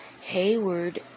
Hayward